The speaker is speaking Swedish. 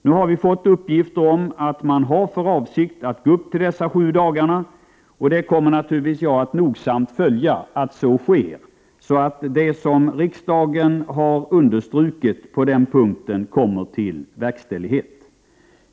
Nu har det kommit uppgifter om att man har för avsikt att gå upp till sju dagar, och jag kommer naturligtvis att nogsamt följa att så sker, så att det som riksdagen har understrukit på den punkten kommer till verkställighet.